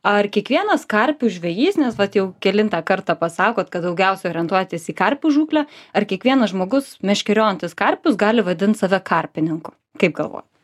ar kiekvienas karpių žvejys nes vat jau kelintą kartą pasakot kad daugiausiai orientuojatės į karpių žūklę ar kiekvienas žmogus meškeriojantis karpius gali vadint save karpininku kaip galvo